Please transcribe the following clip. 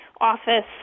office